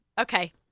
Okay